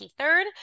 23rd